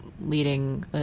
leading